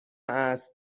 است